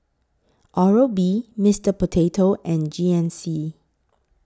Oral B Mister Potato and G N C